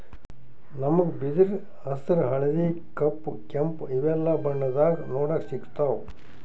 ನಮ್ಗ್ ಬಿದಿರ್ ಹಸ್ರ್ ಹಳ್ದಿ ಕಪ್ ಕೆಂಪ್ ಇವೆಲ್ಲಾ ಬಣ್ಣದಾಗ್ ನೋಡಕ್ ಸಿಗ್ತಾವ್